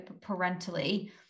parentally